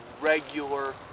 regular